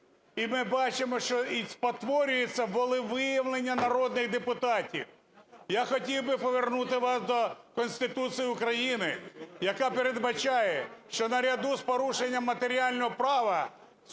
І ми бачимо, що спотворюється волевиявлення народних депутатів. Я хотів би повернути вас до Конституції України, яка передбачає, що наряду з порушенням матеріального права